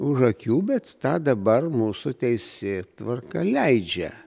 už akių bet tą dabar mūsų teisėtvarka leidžia